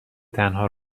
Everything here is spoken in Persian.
تنها